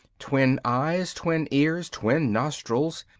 twin eyes, twin ears, twin nostrils,